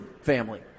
family